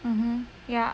mmhmm ya